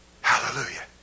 Hallelujah